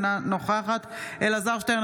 אינה נוכחת אלעזר שטרן,